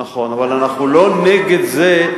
נכון, אבל אנחנו לא נגד זה,